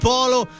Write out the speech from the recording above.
Polo